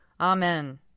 Amen